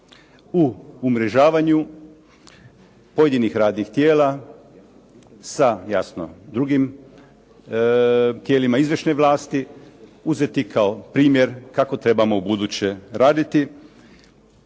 u umrežavanju pojedinih radnih tijela sa jasno drugim tijelima izvršne vlasti uzeti kao primjer kako trebamo ubuduće raditi.